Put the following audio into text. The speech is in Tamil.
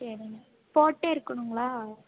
சரிங்க போட்டே இருக்கணுங்களா